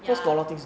ya